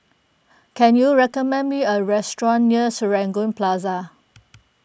can you recommend me a restaurant near Serangoon Plaza